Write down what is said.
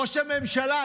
ראש הממשלה,